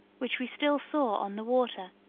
which we still saw on the water,